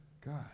God